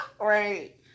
right